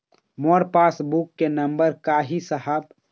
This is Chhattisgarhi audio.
मोर पास बुक के नंबर का ही साहब?